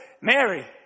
Mary